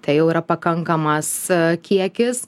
tai jau yra pakankamas kiekis